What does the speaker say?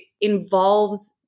involves